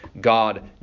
god